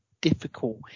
difficult